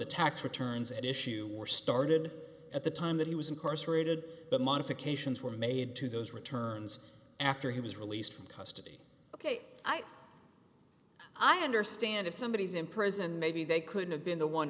the tax returns at issue were started at the time that he was incarcerated the modifications were made to those returns after he was released from custody ok i understand if somebody is in prison maybe they could've been the one